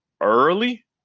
early